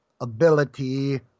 ability